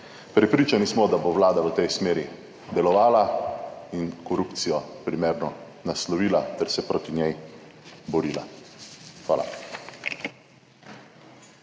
Prepričani smo, da bo Vlada v tej smeri delovala in korupcijo primerno naslovila ter se proti njej borila. Hvala.